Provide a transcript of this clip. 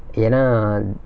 ஏனா:yaenaa anth~